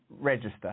register